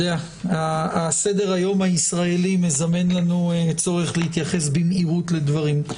סדר-היום הישראלי מזמן לנו צורך להתייחס במהירות לדברים.